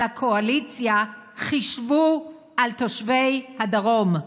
על הקואליציה: חישבו על תושבי הדרום.